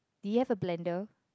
do you have a blender